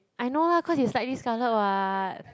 I know lah cause it's slightly scarlet [what]